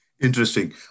Interesting